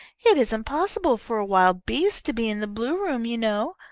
it isn't possible for a wild beast to be in the blue room you know.